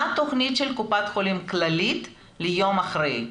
מה התוכנית של קופת חולים כללית ליום אחרי?